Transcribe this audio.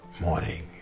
morning